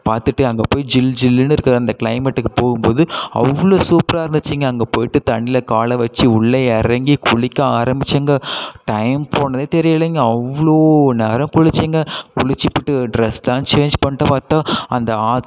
பார்த்துட்டு அங்கே போய் ஜில்ஜில்னு இருக்கிற அந்த க்ளைமேட்க்கு போகும் போது அவ்வளோ சூப்பராக இருந்துச்சுங்க அங்கே போய்விட்டு தண்ணியில காலை வச்சு உள்ளே இறங்கி குளிக்க ஆரம்பிச்சேங்க டைம் போனதே தெரியிலைங்க அவ்வளோ நேரம் குளிச்சேங்க குளிச்சுப்புட்டு ட்ரெஸ்லாம் சேன்ஜ் பண்ணிட்டு பார்த்தா அந்த ஆத்